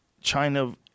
China